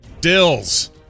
Dills